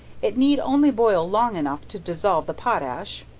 it need only boil long enough to dissolve the potash,